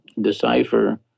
decipher